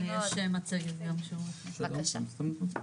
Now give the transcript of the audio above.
בבקשה.